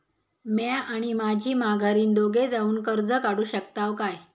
म्या आणि माझी माघारीन दोघे जावून कर्ज काढू शकताव काय?